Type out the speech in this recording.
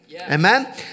Amen